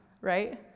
right